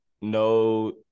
no